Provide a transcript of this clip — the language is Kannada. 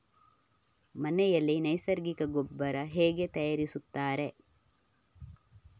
ಮನೆಯಲ್ಲಿ ನೈಸರ್ಗಿಕ ಗೊಬ್ಬರ ಹೇಗೆ ತಯಾರಿಸುತ್ತಾರೆ?